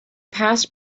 passed